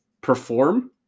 perform